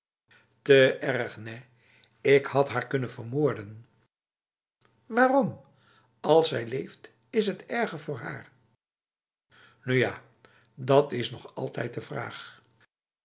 te erg nèh ik had haar kunnen vermoordenf waarom als zij leeft is het erger voor haar nu ja dat is nog altijd de vraag